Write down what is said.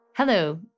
Hello